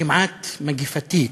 כמעט מגפתית,